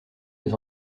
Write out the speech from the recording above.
des